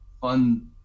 fun